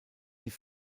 die